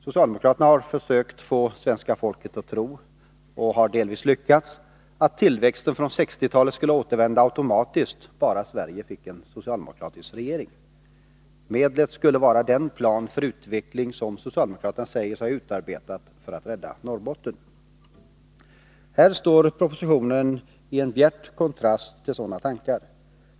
Socialdemokraterna har försökt få svenska folket att tro — och har delvis lyckats — att tillväxten från 1960-talet skulle återvända automatiskt bara Sverige fick en socialdemokratisk regering. Medlet skulle vara den plan för utveckling som socialdemokraterna säger sig ha utarbetat för att rädda Norrbotten. Här står propositionen i bjärt kontrast till sådana tankar.